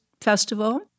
festival